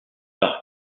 par